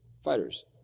fighters